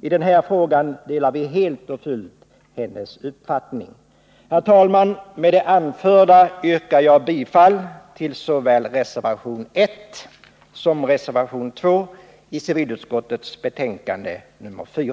I den här frågan delar vi helt och fullt hennes uppfattning. Herr talman! Med det anförda yrkar jag bifall till såväl reservation I som reservation 2 i civilutskottets betänkande nr 4.